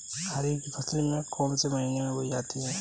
खरीफ की फसल कौन से महीने में बोई जाती है?